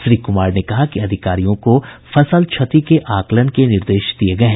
श्री कुमार ने कहा कि अधिकारियों को फसल क्षति के आकलन के निर्देश दिये गये हैं